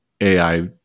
AI